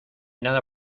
nada